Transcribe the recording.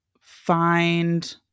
find